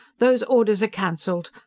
those orders are canceled!